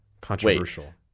Controversial